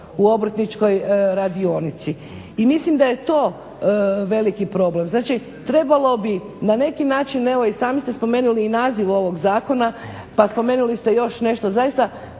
u obrtničkoj radionici. I mislim da je to veliki problem. znači trebalo bi na neki način evo sami ste spomenuli i naziv ovog zakona pa spomenuli ste još nešto, zaista